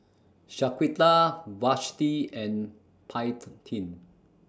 Shaquita Vashti and Paityn